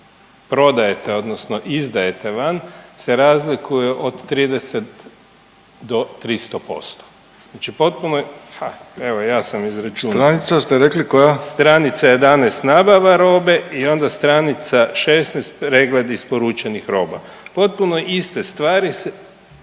prodajete, odnosno izdajete van se razlikuje od 30 do 300%. Znači potpuno je, ha evo ja sam izračunao. …/Upadica Milatić: Stranica ste rekli koja?/… Stranica 11. nabava robe i onda stranica 16. pregled isporučenih roba. Potpuno iste stvari se